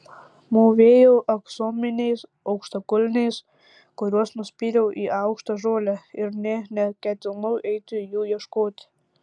mūvėjau aksominiais aukštakulniais kuriuos nuspyriau į aukštą žolę ir nė neketinau eiti jų ieškoti